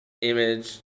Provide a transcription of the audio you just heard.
image